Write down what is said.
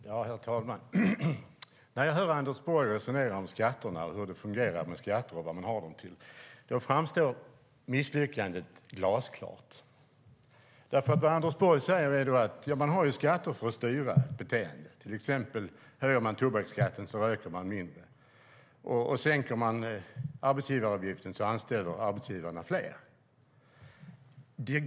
Herr talman! När jag hör Anders Borg resonera om skatterna, hur det fungerar med skatterna och vad man har dem till framstår misslyckandet glasklart. Vad Anders Borg säger är att man har skatter för att styra beteendet. Om till exempel tobaksskatten höjs röker folk mindre. Sänker man arbetsgivaravgiften anställer arbetsgivarna fler.